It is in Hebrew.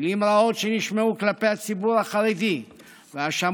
מילים רעות שנשמעו כלפי הציבור החרדי והאשמות